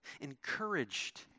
encouraged